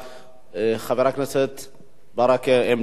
חבר הכנסת ברכה, עמדה אחרת, בבקשה.